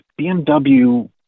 bmw